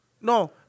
No